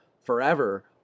forever